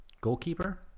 goalkeeper